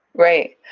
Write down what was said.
right.